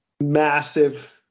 massive